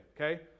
Okay